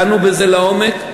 דנו בזה לעומק,